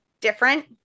different